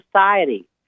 society